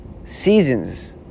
Seasons